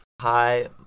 Hi